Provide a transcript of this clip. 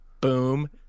Boom